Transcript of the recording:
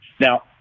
Now